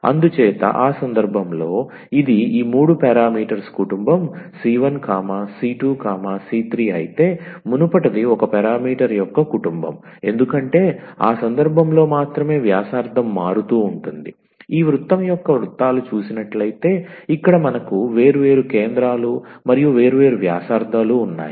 అందుచేత ఆ సందర్భంలో ఇది ఈ మూడు పారామీటర్స్ కుటుంబం 𝑐1 𝑐2 𝑐3 అయితే మునుపటిది ఒక పారామీటర్ యొక్క కుటుంబం ఎందుకంటే ఆ సందర్భంలో మాత్రమే వ్యాసార్థం మారుతూ ఉంటుంది ఈ వృత్తం యొక్క వృత్తాలు చూసినట్లైతే ఇక్కడ మనకు వేర్వేరు కేంద్రాలు మరియు వేర్వేరు వ్యాసార్థాలు ఉన్నాయి